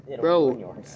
Bro